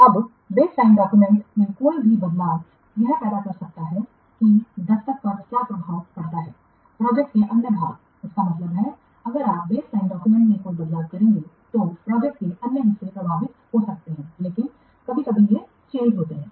अब baseline documents में कोई भी बदलाव यह पैदा कर सकता है कि दस्तक पर क्या प्रभाव पड़ता है प्रोजेक्ट के अन्य भाग इसका मतलब है अगर आप बेसलाइन डाक्यूमेंट्स में कोई बदलाव करेंगे तो प्रोजेक्ट के अन्य हिस्से प्रभावित हो सकते हैं लेकिन कभी कभी ये चेंज होते हैं